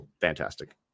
fantastic